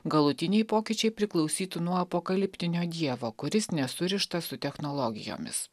galutiniai pokyčiai priklausytų nuo apokaliptinio dievo kuris nesurištas su technologijomis